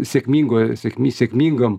sėkmingo sėkmi sėkmingam